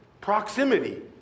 proximity